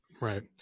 right